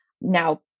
Now